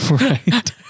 Right